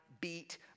beat